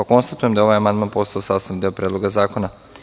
Konstatujem da je ovaj amandman postao sastavni deo Predloga zakona.